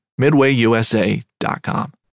MidwayUSA.com